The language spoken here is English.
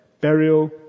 burial